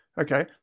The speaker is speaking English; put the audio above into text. Okay